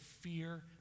fear